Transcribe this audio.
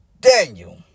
Daniel